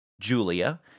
Julia